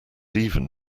even